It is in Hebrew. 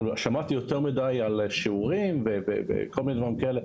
שמעתי יותר מדי על שיעורים וכל מיני דברים כאלה,